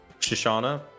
Shoshana